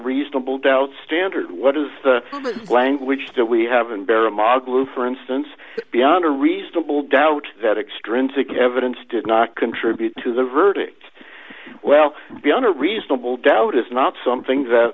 reasonable doubt standard what is the language that we have and barrel magu for instance beyond a reasonable doubt that extrinsic evidence did not contribute to the verdict well beyond a reasonable doubt is not something that